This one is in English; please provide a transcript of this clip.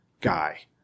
guy